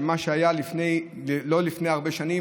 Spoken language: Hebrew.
של מה שהיה לא לפני הרבה שנים,